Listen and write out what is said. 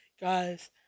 Guys